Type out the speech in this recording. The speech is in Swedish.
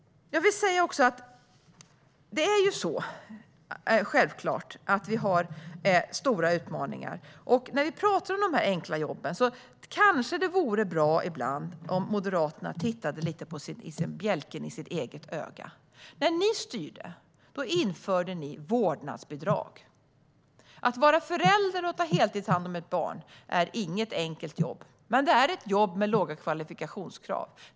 Vi har självklart stora utmaningar, men när vi talar om de enkla jobben vore det bra om Moderaterna såg bjälken i sitt eget öga. När ni styrde införde ni vårdnadsbidrag. Att vara förälder och på heltid ta hand om barn är inget enkelt jobb, men det är ett jobb med låga kvalifikationskrav.